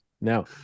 now